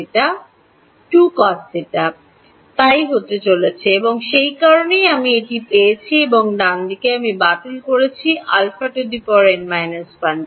2 cos θ তাই হতে চলেছে এবং সে কারণেই আমি এটি পেয়েছি এবং ডানদিকে আমি বাতিল করেছিলাম αn 1